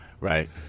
Right